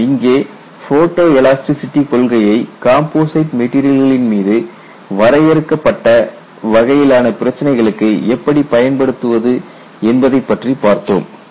நாம் இங்கே photoelasticity கொள்கையை கம்போசிட் மெட்டீரியல்களின் மீது வரையறுக்கப்பட்ட வகையிலான பிரச்சினைகளுக்கு எப்படி பயன்படுத்துவது என்பதைப்பற்றி பார்த்தோம்